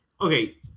okay